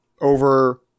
over –